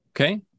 Okay